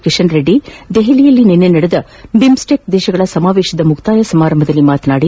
ಕಿಶನ್ ರೆಡ್ಡಿ ದೆಹಲಿಯಲ್ಲಿ ನಿನ್ನೆ ನಡೆದ ಬಿಮ್ಸೆಕ್ ದೇಶಗಳ ಸಮಾವೇಶದ ಮುಕ್ತಾಯ ಸಮಾರಂಭದಲ್ಲಿ ಮಾತನಾಡಿದರು